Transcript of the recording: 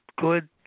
good